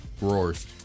roars